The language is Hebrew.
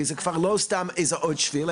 כי זה כבר לא סתם איזה עוד שביל,